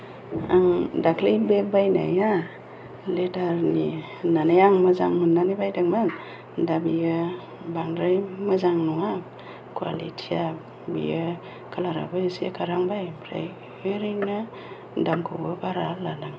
आं दाख्लै बेग बायनाया लेदारनि होननानै आं मोजां मोननानै बायदोंमोन दा बियो बांद्राय मोजां नङा कुवालिटिया बेयो कालाराबो इसे खारहांबाय ओमफ्राय ओरैनो दामखौबो बारा लादों